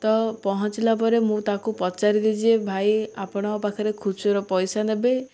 ତ ପହଞ୍ଚିଲା ପରେ ମୁଁ ତାକୁ ପଚାରିଲି ଯେ ଭାଇ ଆପଣଙ୍କ ପାଖରେ ଖୁଚୁରା ପଇସା ନେବେ